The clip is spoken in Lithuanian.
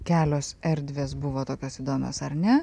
kelios erdvės buvo tokios įdomios ar ne